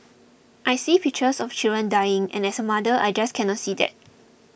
I see pictures of children dying and as a mother I just cannot see that